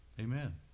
Amen